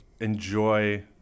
enjoy